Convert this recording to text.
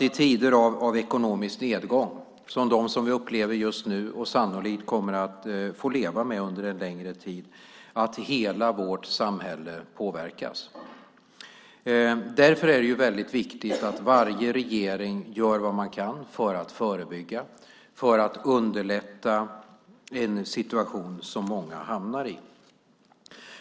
I tider av ekonomisk nedgång, som dem vi upplever just nu och sannolikt kommer att få leva med under en längre tid, är det självklart så att hela vårt samhälle påverkas. Därför är det väldigt viktigt att varje regering gör vad den kan för att förebygga och underlätta en situation som många hamnar i.